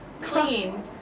Clean